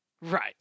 Right